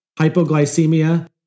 hypoglycemia